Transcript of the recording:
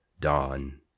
dawn